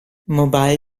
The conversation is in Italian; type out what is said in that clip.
mobile